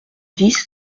dix